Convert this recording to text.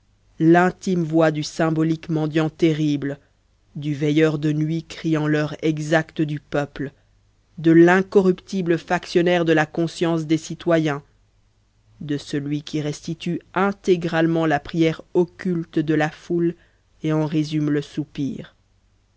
l'intime voix du symbolique mendiant terrible du veilleur de nuit criant l'heure exacte du peuple de l'incorruptible factionnaire de la conscience des citoyens de celui qui restitue intégralement la prière occulte de la foule et en résume le soupir